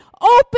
open